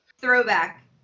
Throwback